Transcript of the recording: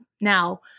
Now